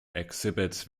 exhibits